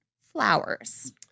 flowers